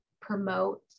promote